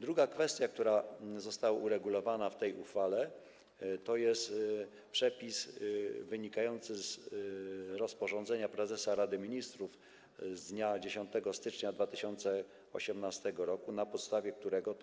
Druga kwestia, która została uregulowana w tej uchwale, to jest przepis wynikający z rozporządzenia prezesa Rady Ministrów z dnia 10 stycznia 2018 r., na podstawie którego